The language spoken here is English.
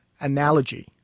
analogy